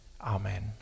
Amen